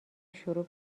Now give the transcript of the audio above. شروع